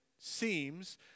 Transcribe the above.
seems